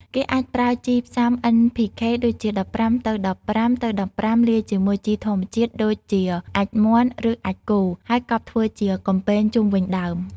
គេអាចប្រើជីផ្សំ NPK ដូចជា ១៥-១៥-១៥ លាយជាមួយជីធម្មជាតិដូចជាអាចម៍មាន់ ឬអាចម៍គោ ហើយកប់ធ្វើជាកំពែងជុំវិញដើម។